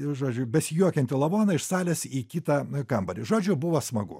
žodžiu besijuokiantį lavoną iš salės į kitą kambarį žodžiu buvo smagu